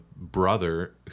brother